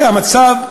זה המצב.